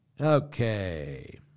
Okay